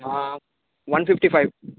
one fifty five